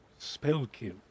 Spellkill